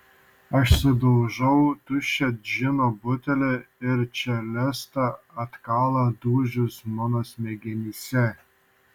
aš sudaužau tuščią džino butelį ir čelesta atkala dūžius mano smegenyse